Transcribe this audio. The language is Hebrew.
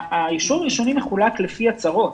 האישור הראשוני מחולק לפי הצהרות.